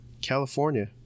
California